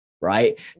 Right